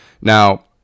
Now